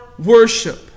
Worship